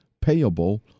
payable